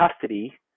custody